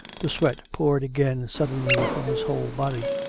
the sweat poured again suddenly from his whole body.